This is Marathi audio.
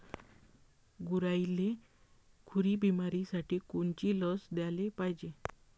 गुरांइले खुरी बिमारीसाठी कोनची लस द्याले पायजे?